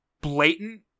blatant